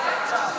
נתקבל.